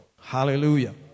Hallelujah